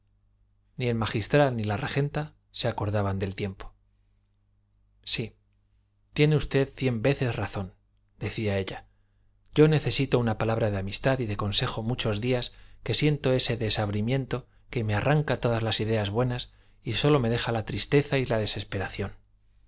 ni el magistral ni la regenta se acordaban del tiempo sí tiene usted cien veces razón decía ella yo necesito una palabra de amistad y de consejo muchos días que siento ese desabrimiento que me arranca todas las ideas buenas y sólo me deja la tristeza y la desesperación